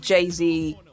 Jay-Z